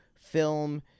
film